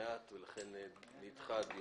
התעכבנו שם מעט, לכן נדחה הדיון.